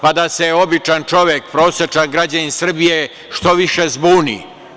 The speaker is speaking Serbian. Pa, da se običan čovek, prosečan građanin Srbije što više zbuni.